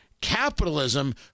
Capitalism